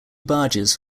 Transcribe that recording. barges